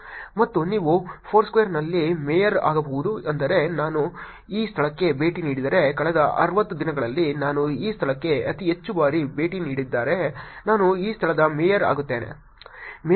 ಮತ್ತು ನೀವು ಫೋರ್ಸ್ಕ್ವೇರ್ನಲ್ಲಿ ಮೇಯರ್ ಆಗಬಹುದು ಅಂದರೆ ನಾನು ಈ ಸ್ಥಳಕ್ಕೆ ಭೇಟಿ ನೀಡಿದರೆ ಕಳೆದ 60 ದಿನಗಳಲ್ಲಿ ನಾನು ಈ ಸ್ಥಳಕ್ಕೆ ಅತಿ ಹೆಚ್ಚು ಬಾರಿ ಭೇಟಿ ನೀಡಿದರೆ ನಾನು ಈ ಸ್ಥಳದ ಮೇಯರ್ ಆಗುತ್ತೇನೆ